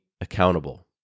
accountable